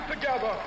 together